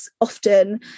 often